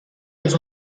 los